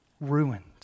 ruined